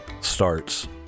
starts